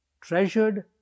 Treasured